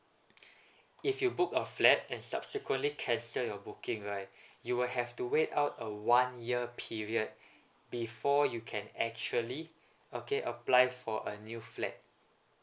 if you book a flat and subsequently cancel your booking right you will have to wait out a one year period before you can actually okay apply for a new flat